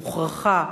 מוכרחה,